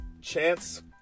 Chance